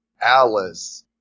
Alice